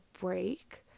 break